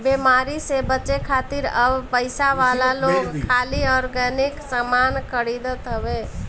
बेमारी से बचे खातिर अब पइसा वाला लोग खाली ऑर्गेनिक सामान खरीदत हवे